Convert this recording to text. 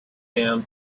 him